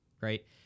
right